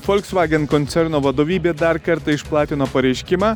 volkswagen koncerno vadovybė dar kartą išplatino pareiškimą